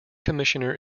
commissioner